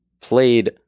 played